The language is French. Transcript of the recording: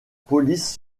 police